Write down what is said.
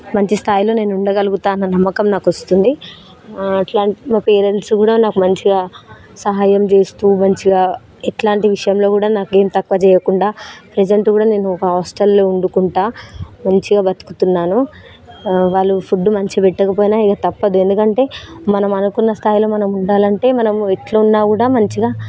మంచి స్థాయిలో నేను ఉండగలుగుతాను అనే నమ్మకం నాకు వస్తుంది అలాంటి మా పేరెంట్స్ కూడా నాకు మంచిగా సహాయం చేస్తు మంచిగా ఎట్లాంటి విషయంలో కూడా నాకేం తక్కువ చేయకుండా ప్రసెంట్ కూడా నేను ఒక హాస్టల్లో ఉండుకుంటా మంచిగా బతుకుతున్నాను వాళ్ళు ఫుడ్ మంచిగా పెట్టకపోయినా ఇక తప్పదు ఎందుకంటే మనం అనుకున్న స్థాయిలో మనం ఉండాలంటే మనం ఎట్లా ఉన్నా కూడా మంచిగా